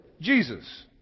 Jesus